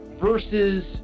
versus